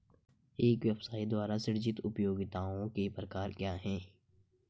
एक व्यवसाय द्वारा सृजित उपयोगिताओं के प्रकार क्या हैं?